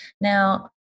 Now